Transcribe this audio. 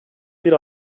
bir